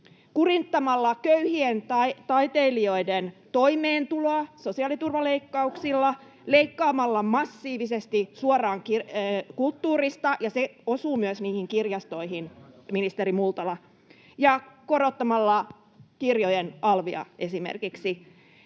kurittamalla köyhien taiteilijoiden toimeentuloa sosiaaliturvaleikkauksilla, leikkaamalla massiivisesti suoraan kulttuurista — ja se osuu myös niihin kirjastoihin, ministeri Multala — ja korottamalla kirjojen alvia esimerkiksi.